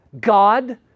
God